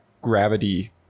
gravity